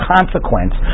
consequence